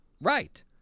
Right